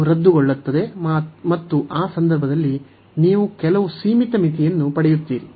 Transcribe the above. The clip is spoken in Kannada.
ಅದು ರದ್ದುಗೊಳ್ಳುತ್ತದೆ ಮತ್ತು ಆ ಸಂದರ್ಭದಲ್ಲಿ ನೀವು ಕೆಲವು ಸೀಮಿತ ಮಿತಿಯನ್ನು ಪಡೆಯುತ್ತೀರಿ